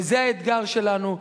וזה האתגר שלנו,